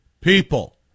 people